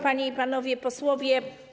Panie i Panowie Posłowie!